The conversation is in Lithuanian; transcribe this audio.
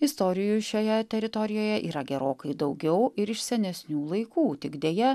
istorijų šioje teritorijoje yra gerokai daugiau ir iš senesnių laikų tik deja